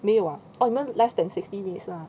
没有 lah oh 你们 less than sixty minutes lah